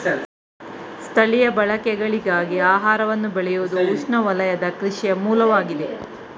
ಸ್ಥಳೀಯ ಬಳಕೆಗಳಿಗಾಗಿ ಆಹಾರವನ್ನು ಬೆಳೆಯುವುದುಉಷ್ಣವಲಯದ ಕೃಷಿಯ ಮೂಲವಾಗಿದೆ